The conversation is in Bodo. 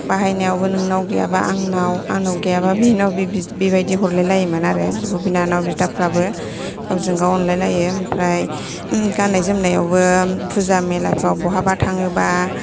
बाहायनायावबो नोंनाव गैयाबा आंनाव आंनाव गैयाबा बेनाव बेबादि हरलायलायोमोन आरो बिब' बिनानाव बिदाफ्राबो गावजों गाव अनलाय लायो ओमफ्राय गाननाय जोमनायावबो फुजा मेलाफ्राव बहाबा थाङोबा